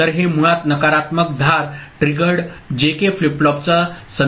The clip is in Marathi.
तर हे मुळात नकारात्मक धार ट्रिगर्ड जेके फ्लिप फ्लॉपचा संदर्भ देत आहे